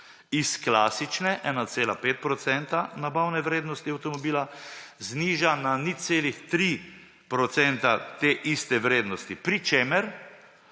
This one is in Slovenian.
s klasične 1,5 % nabavne vrednosti avtomobila zniža na 0,3 % te iste vrednosti, pri čemer